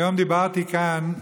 היום דיברתי כאן,